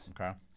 Okay